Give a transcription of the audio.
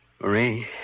Marie